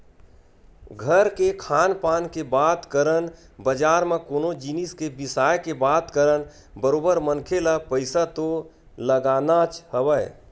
घर के खान पान के बात करन बजार म कोनो जिनिस के बिसाय के बात करन बरोबर मनखे ल पइसा तो लगानाच हवय